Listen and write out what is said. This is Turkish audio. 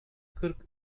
kırk